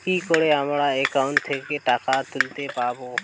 কি করে আমার একাউন্ট থেকে টাকা তুলতে পারব?